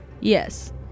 Yes